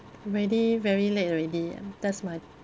already very late already that's my